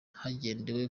hagendewe